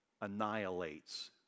annihilates